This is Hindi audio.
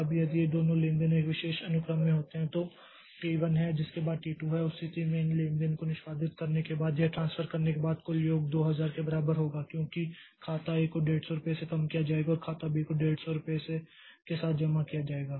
अब यदि ये दोनों लेनदेन एक विशेष अनुक्रम में होते हैं तो T 1 है जिसके बाद T 2 है उस स्थिति में इन लेनदेन को निष्पादित करने के बाद यह ट्रांसफर करने के बाद कुल योग 2000 के बराबर होगा क्योंकि खाता A को 150 रुपये से कम किया जाएगा और खाता बी को 150 रुपये के साथ जमा किया जाएगा